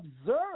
observe